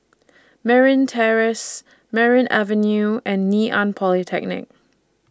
Merryn Terrace Merryn Avenue and Ngee Ann Polytechnic